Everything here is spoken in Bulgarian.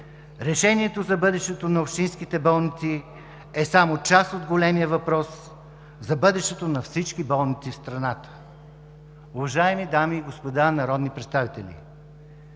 решението за бъдещето на общинските болници е само част от големия въпрос за бъдещето на всички болници в страната. Уважаеми дами и господа народни представители,